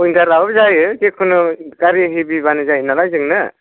उविंगार लाबाबो जायो जेखुनु गारि हेभिबानो जायो नालाय जोंनो